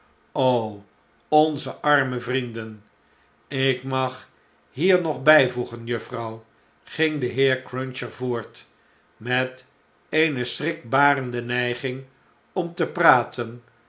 onze arme vrienden tk mag hier nog bijvoegen juffrouw ging de heer cruncher voort met eene schrikbarende neiging om te praten